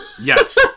Yes